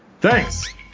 Thanks